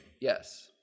Yes